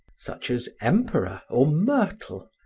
such as emperor or myrtle,